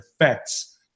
effects